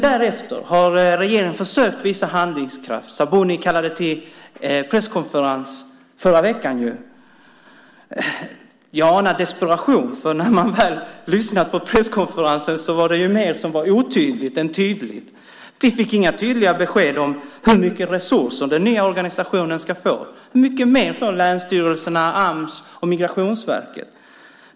Därefter har regeringen försökt att visa handlingskraft. Sabuni kallade till presskonferens förra veckan. Jag anade desperation, för när man lyssnade på presskonferensen var det mer som var otydligt än tydligt. Vi fick inga tydliga besked om hur mycket resurser den nya organisationen ska få. Hur mycket mer får länsstyrelserna, Ams och Migrationsverket?